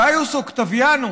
גאיוס אוקטביאנוס,